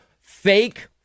fake